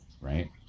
right